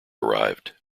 arrived